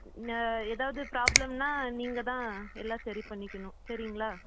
ஏதாவது பிராப்ளம்னா நீங்கள் தான் எல்லாம் சரி பண்ணிக்கணும் சரிங்களா